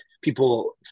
people